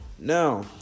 Now